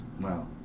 Wow